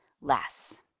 less